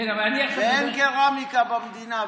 ואין קרמיקה במדינה,